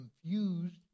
confused